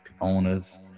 owners